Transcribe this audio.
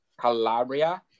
Calabria